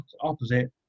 opposite